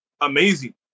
amazing